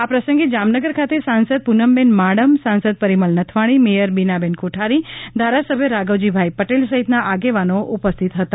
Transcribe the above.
આ પ્રસંગે જામનગર ખાતે સાંસદ પૂનમબેન માડમ સાંસદ પરિમલ નથવાણી મેયર બિનાબેન કોઠારી ધારાસભ્ય રાઘવજીભાઇ પટેલ સહિતના આગેવાનો ઉપસ્થિત હતા